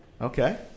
Okay